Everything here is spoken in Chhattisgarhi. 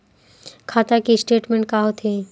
खाता के स्टेटमेंट का होथे?